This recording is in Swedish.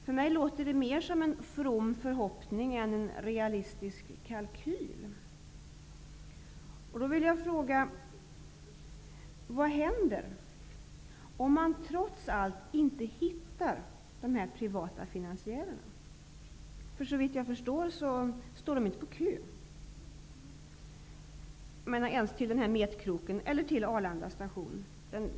För mig låter det mer som en from förhoppning än som en realistisk kalkyl. Jag vill fråga vad som händer om man trots allt inte hittar de här privata finansiärerna. Såvitt jag förstår står de inte på kö ens till ''metkroken'' eller till Arlanda station.